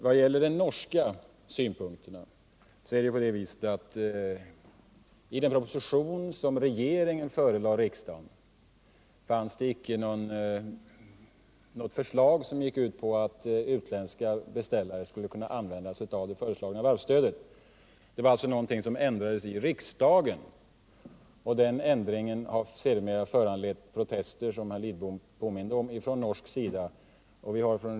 Vad gäller de norska synpunkterna är det på det viset att i den proposition som regeringen förelade riksdagen fanns det icke något förslag som gick ut på att utländska beställare skulle kunna använda sig av det föreslagna varvsstödet. Det skedde emellertid en ändring när propositionen behandlades i riksdagen, och den ändringen har sedermera föranlett protester från norsk sida, som herr Lidbom påminner om.